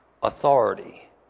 authority